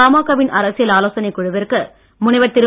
பாமகவின் அரசியல் ஆலோசனை குழுவிற்கு முனைவர் திரு